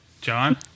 John